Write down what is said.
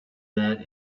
that